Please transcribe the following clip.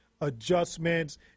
adjustments